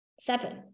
Seven